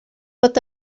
bod